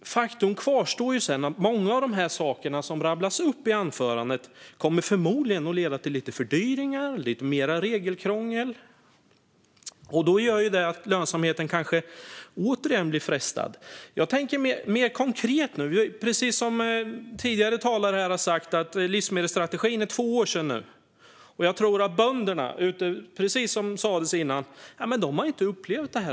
Faktum kvarstår sedan att många av de saker som rabblas upp i anförandet förmodligen kommer att leda till lite fördyringar och lite mer regelkrångel. Det gör att det återigen frestar på lönsamheten. Jag tänker mer konkret nu. Precis som tidigare talare har sagt här är det två år sedan livsmedelsstrategin kom. Jag tror att bönderna inte har upplevt den.